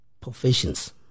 professions